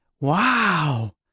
Wow